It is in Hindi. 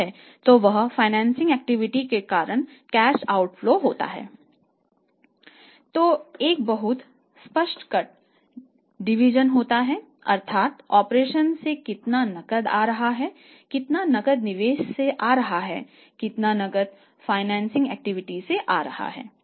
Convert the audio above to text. तो एक बहुत स्पष्ट कट डिवीजन होना चाहिए अर्थात् ऑपरेशन से कितना नकद आ रहा है कितना नकद निवेश से आ रहा है कितना नकद फाइनेंसिंग एक्टिविटीज से आ रहा है